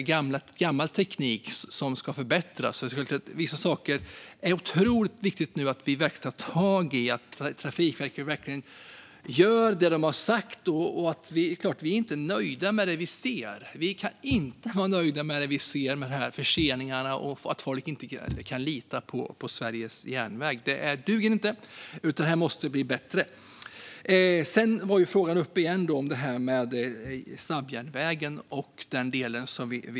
Det är gammal teknik som ska förbättras. Vissa saker är det otroligt viktigt att vi nu tar tag i, och det är viktigt att Trafikverket verkligen gör det de har sagt. Vi är såklart inte nöjda med det vi ser. Vi kan inte vara nöjda med det vi ser med dessa förseningar och att folk inte kan lita på Sveriges järnväg. Det duger inte, utan det måste bli bättre. Sedan var frågan om snabbjärnvägen uppe igen.